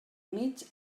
mig